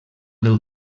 del